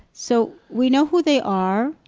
so, we know who they are,